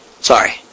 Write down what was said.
Sorry